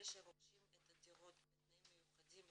אלה שרוכשים את הדירות בתנאים מיוחדים,